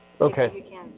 Okay